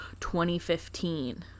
2015